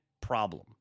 problem